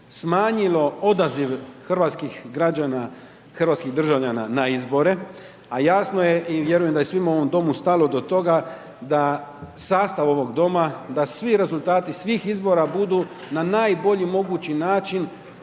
građana, hrvatskih državljana na izbore, a jasno je i vjerujem da je svima u ovom Domu stalo do toga, da sastav ovog Doma, da svi rezultati svih izbora, budu na najbolji mogući način